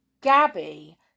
Gabby